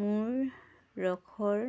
মোৰ ৰসৰ